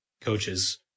coaches